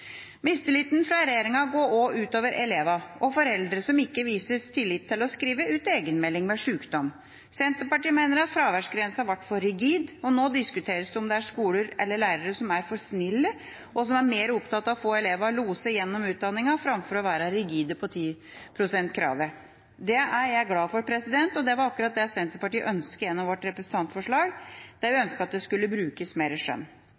Mistilliten fra regjeringa går også ut over elever og foreldre som ikke vises tillit til å skrive ut egenmelding ved sjukdom. Senterpartiet mener fraværsgrensa ble for rigid, og nå diskuteres det om det er skoler eller lærere som er for snille, og som er mer opptatt av å få elever loset gjennom utdanningen enn å være rigide på 10 pst.-kravet. Det er jeg glad for, og det var akkurat det Senterpartiet ønsket gjennom vårt representantforslag, at det skulle brukes mer skjønn.